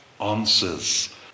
answers